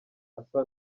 asa